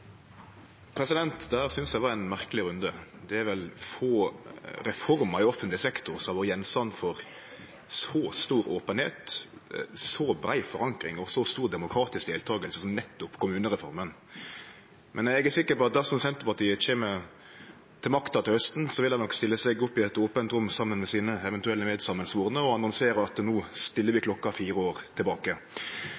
synest eg var ein merkeleg runde. Det er vel få reformer i offentleg sektor som har vore gjenstand for så stor openheit, så brei forankring og så stor demokratisk deltaking som nettopp kommunereforma. Men eg er sikker på at dersom Senterpartiet kjem til makta til hausten, vil dei nok stille seg opp i eit ope rom saman med sine eventuelle medsamansvorne og annonsere at no stiller vi